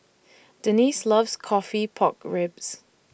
Denise loves Coffee Pork Ribs